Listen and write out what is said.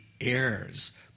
heirs